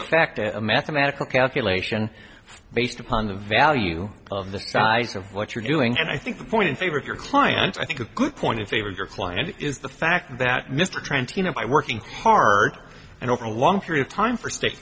effect a mathematical calculation based upon the value of the size of what you're doing and i think the point in favor of your clients i think a good point in favor of your client is the fact that mr trent you know by working hard and over a long period time for state